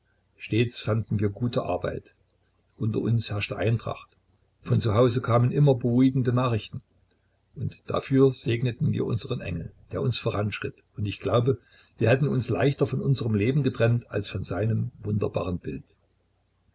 stets fanden wir gute arbeit unter uns herrschte eintracht von zu hause kamen immer beruhigende nachrichten und dafür segneten wir unseren engel der uns voranschritt und ich glaube wir hätten uns leichter von unserem leben getrennt als von seinem wunderbaren bild